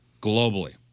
Globally